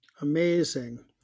Amazing